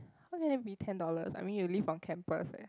how can it be ten dollars I mean you live on campus eh